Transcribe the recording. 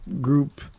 group